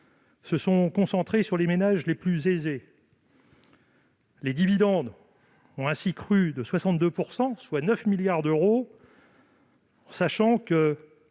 se sont concentrés sur les ménages les plus aisés. Les dividendes perçus ont ainsi crû de 62 %, soit 9 milliards d'euros, sachant que